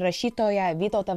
rašytoją vytautą